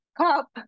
cup